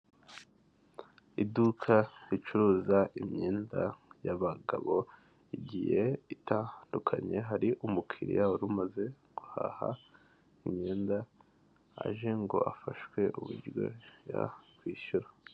Iduka ricuruza imyenda yabagabo igiye itandukanye hari umukiriya wari umaze guhaha imyenda aje ngo afashwe uburyo yakwishyura.